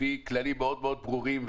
לפי כללים מאוד מאוד ברורים,